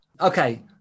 okay